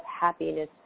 happiness